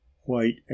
White